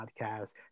podcast